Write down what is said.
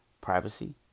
privacy